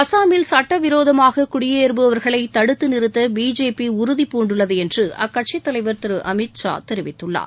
அசாமில் சட்ட விரோதமாக குடியேறபவர்களை தடுத்து நிறுத்த பிஜேபி உறுதிபூண்டுள்ளது என்று அக்கட்சித் தலைவர் திரு அமித் ஷா தெரிவித்துள்ளார்